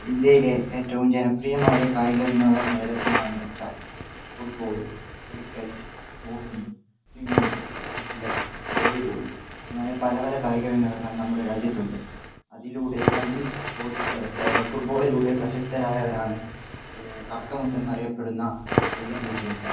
ഇന്ത്യയിലെ ഏറ്റവും ജനപ്രിയമായ കായിക വിനോദങ്ങൾ ഏതൊക്കെയാണെന്ന് വെച്ചാൽ football cricket hockey swimming athletes volleyball അങ്ങനെ പല പല കായിക വിനോദങ്ങൾ നമ്മുടെ രാജ്യത്തുണ്ട് അതിലൂടെ അതിൽ സ്പോർട്സ് ഫൂട്ബോളിലൂടെ പ്രശസ്തരായവരാണ് കറുത്ത മുത്ത് എന്നറിയപ്പെടുന്ന ഐ എം വിജയൻ സാർ